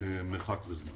מרחק וזמן,